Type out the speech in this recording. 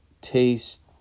taste